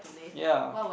ya